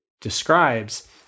describes